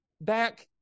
back